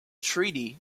treaty